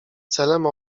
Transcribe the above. celem